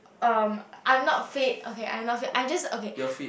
um I'm not fit okay I'm not fit I'm just okay